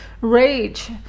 rage